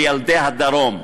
ועל ילדי הדרום?